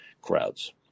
crowds